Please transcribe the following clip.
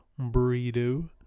burrito